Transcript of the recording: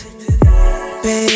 baby